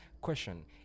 Question